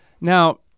Now